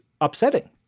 upsetting